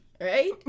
Right